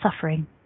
Suffering